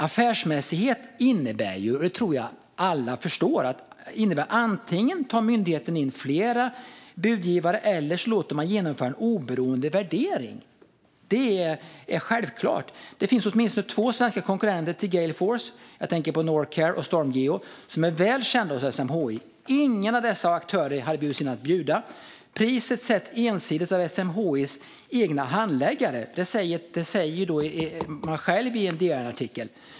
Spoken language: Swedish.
Affärsmässighet innebär - och detta tror jag att alla förstår - att myndigheten antingen tar in flera budgivare eller låter genomföra en oberoende värdering. Det är självklart. Det finns åtminstone två svenska konkurrenter till Gale Force. Jag tänker på Noorcare och Stormgeo, som är välkända hos SMHI. Ingen av dessa aktörer har bjudits in att ge bud. Priset sätts ensidigt av SMHI:s egna handläggare. Det säger man själv i en DN-artikel.